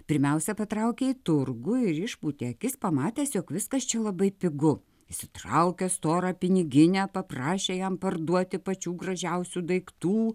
pirmiausia patraukė į turgų ir išpūtė akis pamatęs jog viskas čia labai pigu išsitraukęs storą piniginę paprašė jam parduoti pačių gražiausių daiktų